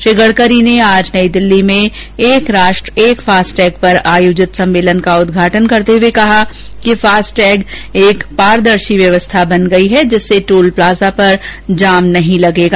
श्री गडकरी ने आज नई दिल्ली में एक राष्ट्र एक फास्टैग पर आयोजित सम्मेलन का उद्घाटन करते हुए कहा कि फास्टैग एक पारदर्शी व्यवस्था बन गयी है जिससे टोल प्लाजा पर जाम नहीं लगेगा